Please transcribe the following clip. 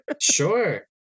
sure